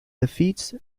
defeats